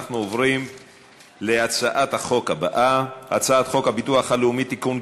אנחנו עוברים להצעת החוק הבאה: הצעת חוק הביטוח הלאומי (תיקון,